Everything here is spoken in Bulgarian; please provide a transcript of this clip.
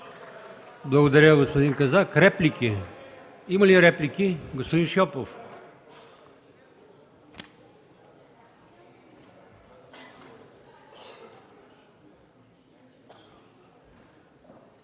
Благодаря, господин Казак. Има ли реплики? Господин Шопов.